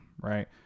right